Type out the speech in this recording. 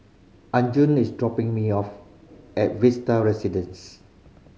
Arjun is dropping me off at Vista Residence